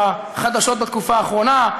השם שלו כיכב לא פעם אצלנו בחדשות בתקופה האחרונה.